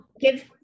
give